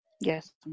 Yes